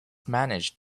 managed